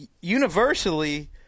universally